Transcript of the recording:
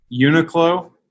Uniqlo